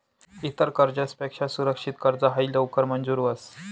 इतर कर्जसपक्सा सुरक्षित कर्ज हायी लवकर मंजूर व्हस